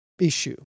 issue